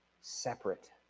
separate